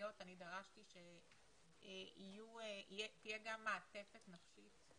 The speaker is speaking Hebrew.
דרשתי שתהיה גם מעטפת נפשית.